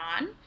on